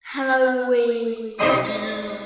Halloween